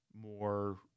more